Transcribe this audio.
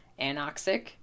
anoxic